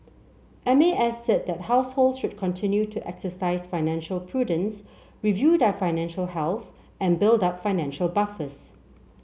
M A S said that households should continue to exercise financial prudence review their financial health and build up financial buffers